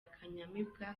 kanyamibwa